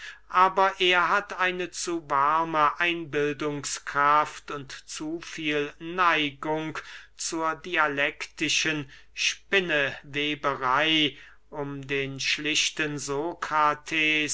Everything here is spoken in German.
aber er hat eine zu warme einbildungskraft und zu viel neigung zur dialektischen spinneweberey um den schlichten sokrates